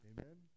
Amen